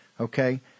Okay